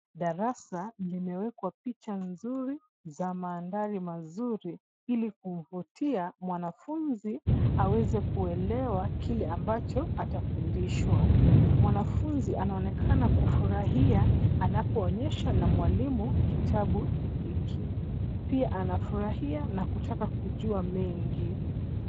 Darasa limewekwa picha nzuri za mandhari mazuri ili kuvutia mwanafunzi aweze kuelewa kile ambacho atafundishwa. Mwanafunzi anaonekana kufurahia anapoonyeshwa na mwalimu kitabu hiki. Pia anafurahia na kutaka kujua mengi.